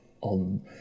on